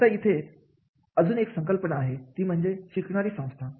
आता इथे अजून एक संकल्पना आहे ती म्हणजे शिकणारी संस्था